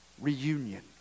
reunion